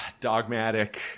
Dogmatic